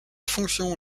fonction